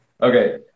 Okay